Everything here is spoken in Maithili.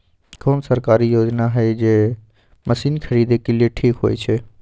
कोन सरकारी योजना होय इ जे मसीन खरीदे के लिए ठीक होय छै?